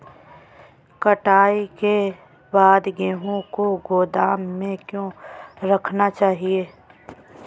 कटाई के बाद गेहूँ को गोदाम में क्यो रखना चाहिए?